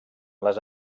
les